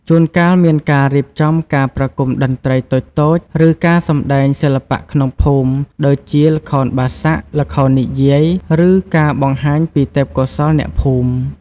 ជួនកាលមានការរៀបចំការប្រគំតន្ត្រីតូចៗ ឬការសម្ដែងសិល្បៈក្នុងភូមិ ដូចជាល្ខោនបាសាក់ ល្ខោននិយាយ ឬការបង្ហាញពីទេពកោសល្យអ្នកភូមិ ។